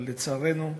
אבל לצערנו,